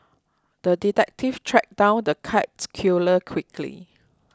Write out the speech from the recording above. the detective tracked down the cats killer quickly